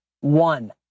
one